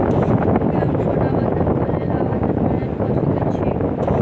की हम सोना बंधन कऽ लेल आवेदन ऑनलाइन कऽ सकै छी?